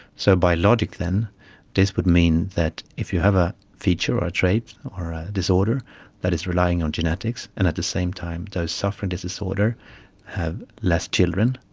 so by logic then this would mean that if you have a feature or a trait or a disorder that is relying on genetics and at the same time those suffering the disorder have less children,